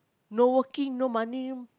no working no money